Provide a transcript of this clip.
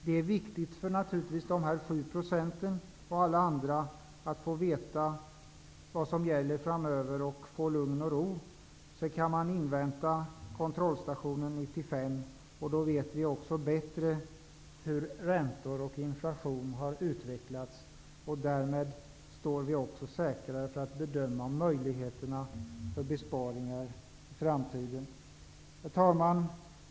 Det är naturligtvis viktigt för dessa 7 % och för alla andra att få veta vad som skall gälla framöver och få lugn och ro. Sedan kan man invänta kontrollstation 1995. Då vet vi också bättre hur räntor och inflation har utvecklats. Därmed står vi också säkrare när vi skall bedöma möjligheterna för besparingar i framtiden. Herr talman!